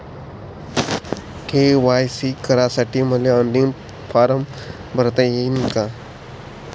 KYC करासाठी मले online form भरता येईन का?